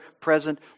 present